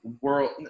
world